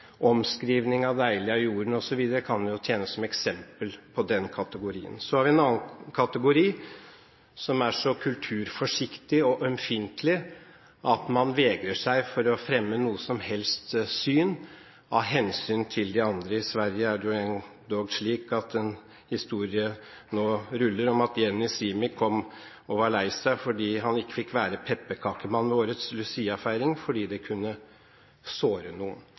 av «Deilig er jorden» osv. kan tjene som eksempel på den kategorien. Så har vi en annen kategori som er så kulturforsiktig og ømfintlig at man vegrer seg for å fremme noe som helst syn, av hensyn til de andre. I Sverige ruller det nå endog en historie om Jenny Simics sønn som kom og var lei seg fordi han ikke fikk være pepperkakemann ved årets luciafeiring fordi det kunne såre noen.